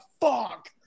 fuck